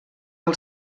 del